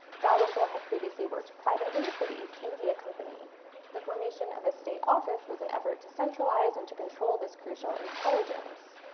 dalrymple had previously worked privately for the east india company the formation of a state office was an effort to centralize and to control this crucial intelligence.